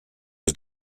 his